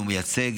הוא מייצג.